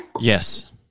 Yes